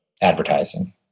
advertising